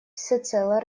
всецело